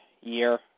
year